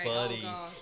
Buddies